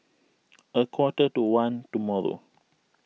a quarter to one tomorrow